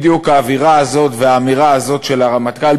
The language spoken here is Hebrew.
בדיוק האווירה הזאת והאמירה הזאת של הרמטכ"ל,